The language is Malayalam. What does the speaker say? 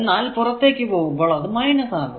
എന്നാൽ പുറത്തേക്കു പോകുമ്പോൾ അത് ആകുന്നു